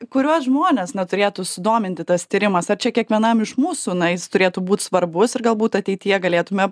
kuriuos žmones na turėtų sudominti tas tyrimas ar čia kiekvienam iš mūsų na jis turėtų būt svarbus ir galbūt ateityje galėtume